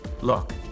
Look